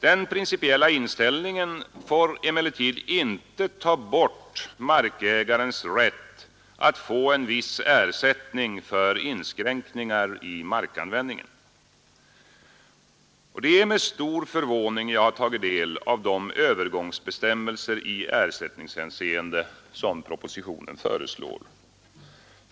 Den principiella inställningen får emellertid inte ta bort markägarens rätt till viss ersättning för inskränkningar i markanvändandet. Det är med stor förvåning jag tagit del av de övergångsbestämmelser i ersättningshänseende som propositionen föreslår.